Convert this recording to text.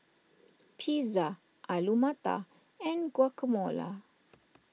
Pizza Alu Matar and Guacamole